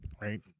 right